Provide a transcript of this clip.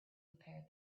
prepared